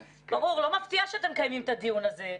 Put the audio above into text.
ברור, לא מפתיע שאתם מקיימים את הדיון הזה.